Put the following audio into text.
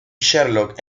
sherlock